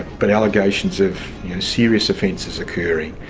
but allegations of serious offences occurring.